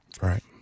Right